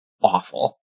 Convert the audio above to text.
awful